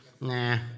Nah